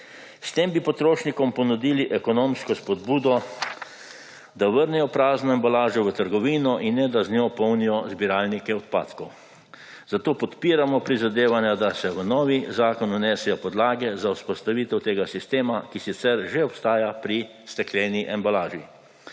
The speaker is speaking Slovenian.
S tem bi potrošnikom ponudili ekonomsko spodbudo, da vrnejo prazno embalažo v trgovino in ne, da z njo polnijo zbiralnike odpadkov. Zato podpiramo prizadevanja, da se v nov zakon vnesejo podlage za vzpostavitev tega sistema, ki sicer že obstaja pri stekleni embalaži.